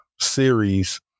series